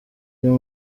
uyu